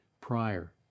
prior